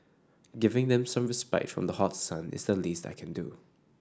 giving them some respite from the hot sun is the least I can do